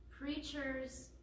Preachers